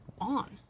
on